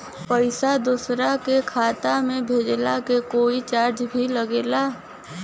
पैसा दोसरा के खाता मे भेजला के कोई चार्ज भी लागेला?